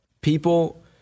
People